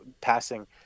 passing